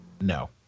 No